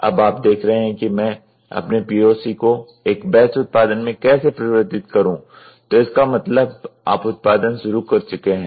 अब आप देख रहे हैं कि मैं अपने POC को एक बैच उत्पादन में कैसे परिवर्तित करूँ तो इसका मतलब आप उत्पादन शुरू कर चुके हैं